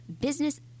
Business